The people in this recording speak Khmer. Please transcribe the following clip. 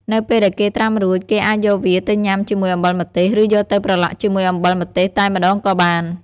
នៅពេលដែលគេត្រាំរួច គេអាចយកវាទៅញុាំជាមួយអំបិលម្ទេស ឬយកទៅប្រឡាក់ជាមួយអំបិលម្ទេសតែម្តងក៏បាន។